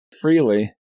Freely